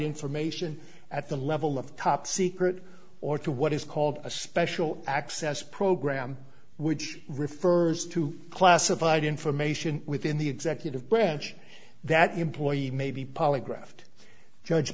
information at the level of top secret or to what is called a special access program which refers to classified information within the executive branch that employee may be polygraphed judge